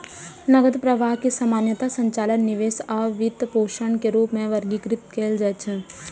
नकद प्रवाह कें सामान्यतः संचालन, निवेश आ वित्तपोषण के रूप मे वर्गीकृत कैल जाइ छै